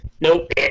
Nope